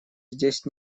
здесь